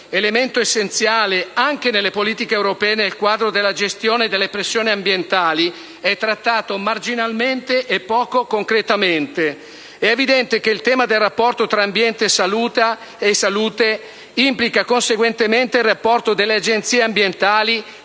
elemento essenziale anche nelle politiche europee nel quadro della gestione delle pressioni ambientali, è trattato marginalmente e poco concretamente. È evidente che il tema del rapporto tra ambiente e salute implica conseguentemente il rapporto delle Agenzie per la